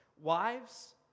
wives